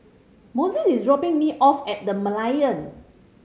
Mossie is dropping me off at The Merlion